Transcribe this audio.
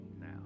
now